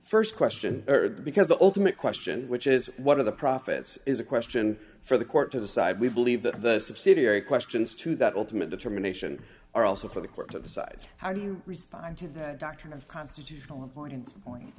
the st question heard because the ultimate question which is what are the profits is a question for the court to decide we believe that the subsidiary questions to that ultimate determination are also for the court to decide how do you respond to the doctrine of constitutional important point